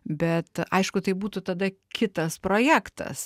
bet aišku tai būtų tada kitas projektas